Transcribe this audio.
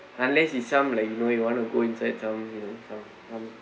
unless it's some like you know you want to go inside some you know some some